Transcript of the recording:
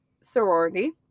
Sorority